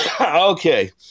okay